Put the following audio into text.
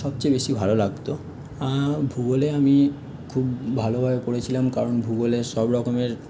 সবচেয়ে বেশি ভালো লাগতো ভূগোলে আমি খুব ভালোভাবে পড়েছিলাম কারণ ভূগোলে সব রকমের